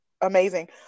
amazing